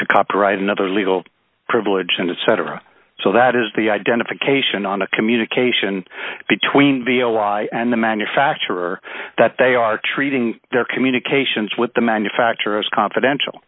to copyright another legal privilege in it cetera so that is the identification on a communication between v o y and the manufacturer that they are treating their communications with the manufacturer as confidential